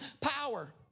power